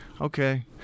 Okay